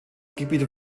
gebiet